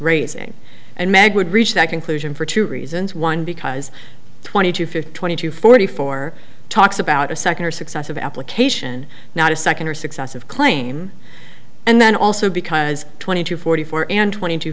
raising and mag would reach that conclusion for two reasons one because twenty to fifty thousand to forty four talks about a second or successive application not a second or successive claim and then also because twenty two forty four and twenty two